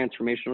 transformational